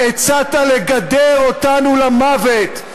הצעת לגדר אותנו למוות,